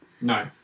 No